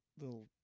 little